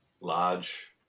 large